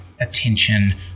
attention